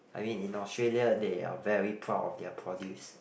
I mean in Australia they are very proud of their produce